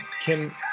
Kim